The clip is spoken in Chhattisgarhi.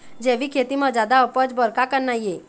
जैविक खेती म जादा उपज बर का करना ये?